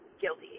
guilty